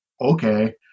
okay